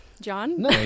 John